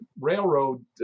railroad